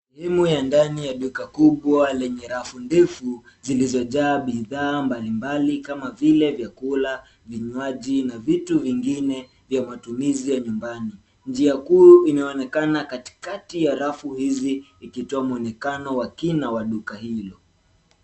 Sehemu ya ndani ya duka kubwa lenye rafu ndefu zilizojaa bidhaa mbali mbali, kama vile, vyakula, vinywaji, na vitu vingine vya matumizi ya nyumbani. Njia kuu inaonekana katikati ya rafu hizi, ikitoa mwonekano wa kina wa duka hilo.